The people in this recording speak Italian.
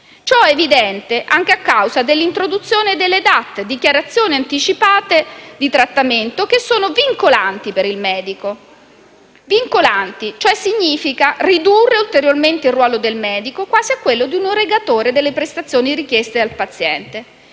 ciò è evidente anche a causa dell'introduzione delle dichiarazioni anticipate di trattamento, che sono vincolanti per il medico. Ciò significa ridurre ulteriormente il ruolo del medico quasi a quello di un erogatore delle prestazioni richieste dal paziente.